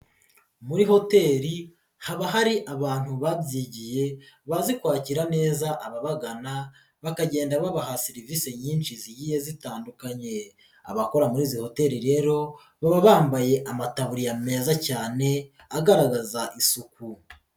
Muri hoteli haba hari abantu babyigiye bazi kwakira neza ababagana, bakagenda babaha serivisi nyinshi zigiye zitandukanye, abakora murizi hoteli rero baba bambaye amataburiya meza cyane agaragaza isuku.